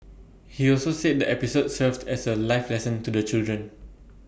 he also said the episode served as A life lesson to the children